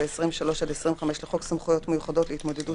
ו-23 עד 25 לחוק סמכויות מיוחדות להתמודדות